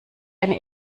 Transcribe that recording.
eine